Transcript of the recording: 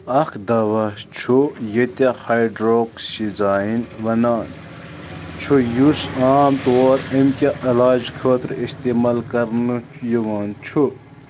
اکھ دوا چھُ ییٚتہِ ہایِڈروکشِزاین ونان چھُ یُس عام طور اَمکہِ علاجہِ خٲطرٕ اِستعمال کَرنہٕ یِوان چھُ